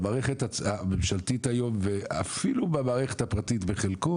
במערכת הממשלתית היום ואפילו במערכת הפרטית בחלקו,